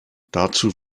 dazu